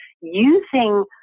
using